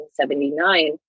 1979